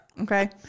Okay